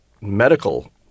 medical